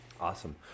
Awesome